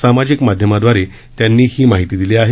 सामाजिक माध्यमादवारे त्यांनी ही माहिती दिली आहे